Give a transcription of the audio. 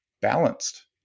balanced